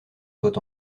soit